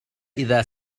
إذا